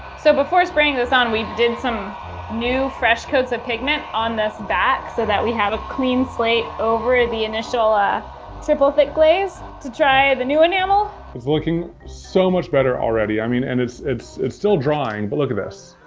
so before spraying this on, we did some new fresh coats of pigment on this back so that we have a clean slate over the initial ah triple thick glaze to try the new enamel. it's looking so much better already. i mean and it's it's still drying, but look at this.